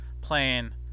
playing